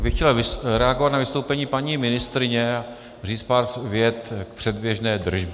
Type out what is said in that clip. Já bych chtěl reagovat na vystoupení paní ministryně a říct pár vět k předběžné držbě.